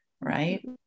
Right